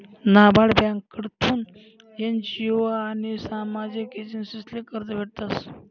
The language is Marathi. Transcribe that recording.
नाबार्ड ब्यांककडथून एन.जी.ओ आनी सामाजिक एजन्सीसले कर्ज भेटस